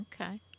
okay